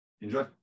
Enjoy